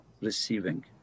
receiving